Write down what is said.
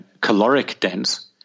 caloric-dense